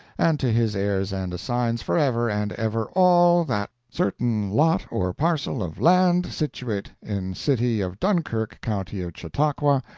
and to his heirs and assigns forever and ever all that certain lot or parcel of land situate in city of dunkirk, county of chautauqua,